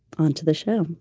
onto the show